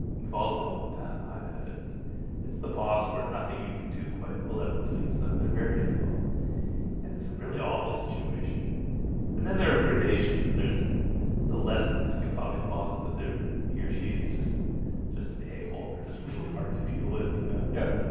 we've all dealt with that i've had it it's the boss. we're nothing you can do quite will ever please them they're very difficult and it's a really awful situation and then there are gradations where there's the less than psychotic boss but there he or she's just just an a-hole and they're just really hard to deal with you know, yeah,